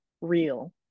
real